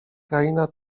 kraina